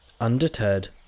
Undeterred